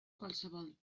qualsevol